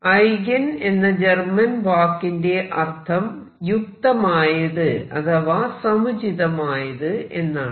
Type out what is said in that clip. eigen എന്ന German വാക്കിന്റെ അർഥം യുക്തമായത് അഥവാ സമുചിതമായത് എന്നാണ്